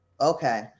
Okay